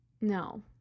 No